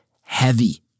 heavy